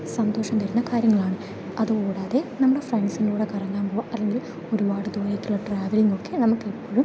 സന്തോഷം തരുന്ന കാര്യങ്ങളാണ് അത് കൂടാതെ നമ്മടെ ഫ്രണ്ട്സിൻ്റെ കൂടെ കറങ്ങാൻ പോകുക അല്ലെങ്കിൽ ഒരുപാട് ദൂരേക്ക് ഉള്ള ട്രാവെല്ലിങ്ങ് ഒക്കെ നമുക്കെപ്പോഴും